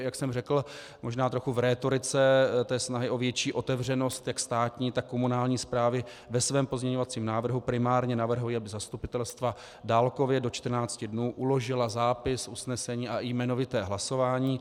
Jak jsem řekl možná trochu v rétorice snahy o větší otevřenost jak státní, tak komunální správy, ve svém pozměňovacím návrhu primárně navrhuji, aby zastupitelstva dálkově do 14 dnů uložila zápis, usnesení a i jmenovité hlasování.